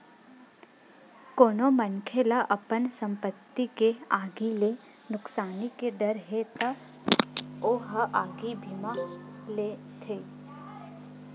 कोनो मनखे ल अपन संपत्ति के आगी ले नुकसानी के डर हे त ओ ह आगी बीमा लेथे